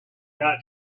got